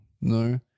No